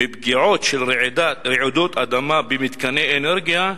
מפגיעות של רעידות אדמה במתקני אנרגיה,